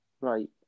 right